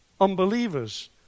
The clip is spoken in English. Unbelievers